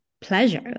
pleasure